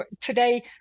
Today